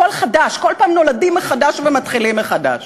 הכול חדש, כל פעם נולדים מחדש ומתחילים מחדש.